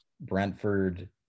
Brentford